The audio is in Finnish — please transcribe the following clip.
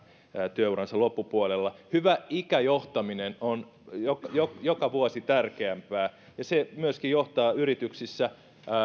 työuransa loppupuolella hyvä ikäjohtaminen on joka vuosi tärkeämpää ja se myöskin johtaa yrityksissä